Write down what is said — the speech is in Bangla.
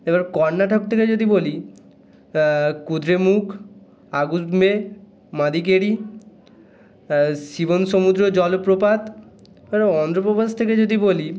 এবার কর্ণাটক থেকে যদি বলি কুদ্রেমুখ আগুস্মে মাদিকেরি শিবনসমুদ্র জলপ্রপাত আরও অন্ধপ্রদেশ থেকে যদি বলি